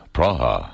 Praha